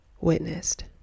witnessed